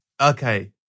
Okay